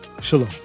Shalom